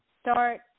start